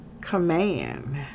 command